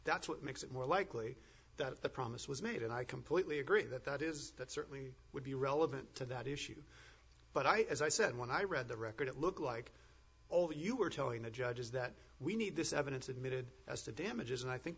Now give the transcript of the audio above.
that's what makes it more likely that the promise was made and i completely agree that that is that certainly would be relevant to that issue but i said when i read the record it looked like all you were telling the judge is that we need this evidence admitted as to damages and i think